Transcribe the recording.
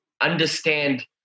understand